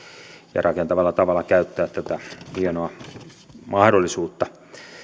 ja rakentavalla tavalla käyttää tätä hienoa mahdollisuutta